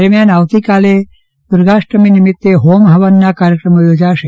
દરમ્યાન આવતીકાલે દુર્ગાષ્ટમી નિમિતે હોમ હવનના કાર્યક્રમો યોજાશે